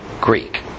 Greek